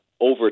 over